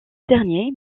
dernier